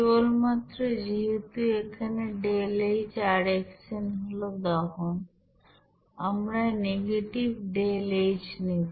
কেবলমাত্র যেহেতু এখানে ΔHrxn হল দহন আমরা নেগেটিভ ΔH নেব